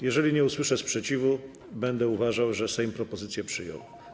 Jeżeli nie usłyszę sprzeciwu, będę uważał, że Sejm propozycję przyjął.